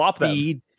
feed